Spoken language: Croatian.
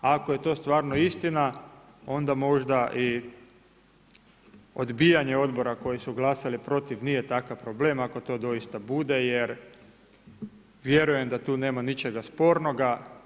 Ako je to stvarno istina onda možda i odbijanje odbora koji su glasali protiv nije takav problem ako to doista bude jer vjerujem da tu nema ničega spornoga.